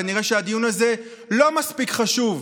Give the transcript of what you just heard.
כנראה שהדיון הזה לא מספיק חשוב,